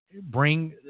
bring